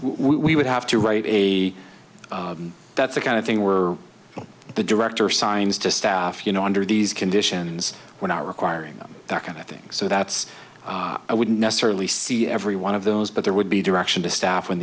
we would have to write a that's the kind of thing where the director signs to staff you know under these conditions when are requiring that kind of things so that's i wouldn't necessarily see every one of those but there would be direction to staff when